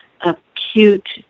acute